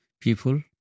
people